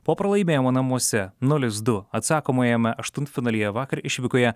po pralaimėjimo namuose nulis du atsakomajame aštuntfinalyje vakar išvykoje